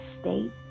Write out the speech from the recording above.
state